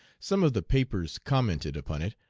some of the papers commented upon it.